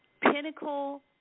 pinnacle